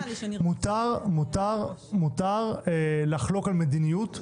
מותר לחלוק על מדיניות.